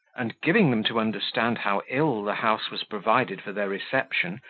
and giving them to understand how ill the house was provided for their reception,